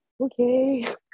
okay